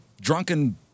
drunken